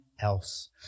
else